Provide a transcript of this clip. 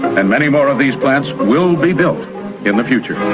and many more of these plants will be built in the future.